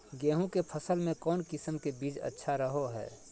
गेहूँ के फसल में कौन किसम के बीज अच्छा रहो हय?